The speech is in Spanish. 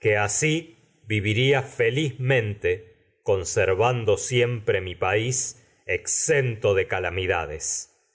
que añadió asi viviría felizmente conservando siempre mi país exento de calamidades